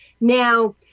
Now